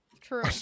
true